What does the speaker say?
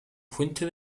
fuente